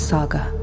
Saga